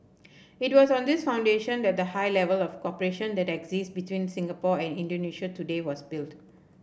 it was on this foundation that the high level of cooperation that exists between Singapore and Indonesia today was built